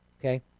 Okay